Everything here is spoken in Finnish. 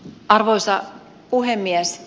arvoisa puhemies